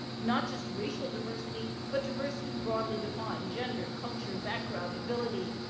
not just racial diversity but diversity broadly defined gender, culture, background, ability,